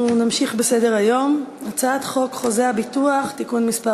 אנחנו נמשיך בסדר-היום: הצעת חוק חוזה הביטוח (תיקון מס'